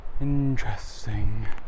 Interesting